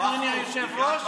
אדוני היושב-ראש,